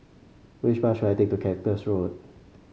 which bus should I take to Cactus Road